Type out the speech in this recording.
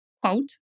quote